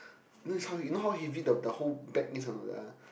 you know is how he how he bring the whole bag or not